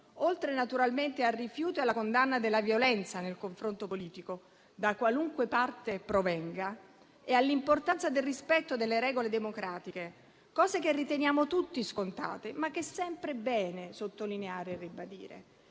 oltre naturalmente al rifiuto, alla condanna della violenza nel confronto politico, da qualunque parte provenga, e all'importanza del rispetto delle regole democratiche, cose che riteniamo tutti scontate, ma che è sempre bene sottolineare e ribadire